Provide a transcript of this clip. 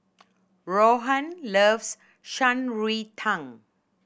Rohan loves Shan Rui Tang